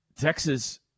Texas